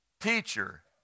Teacher